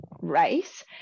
race